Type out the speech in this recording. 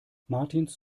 martins